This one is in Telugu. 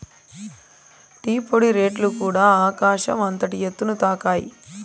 టీ పొడి రేట్లుకూడ ఆకాశం అంతటి ఎత్తుని తాకాయి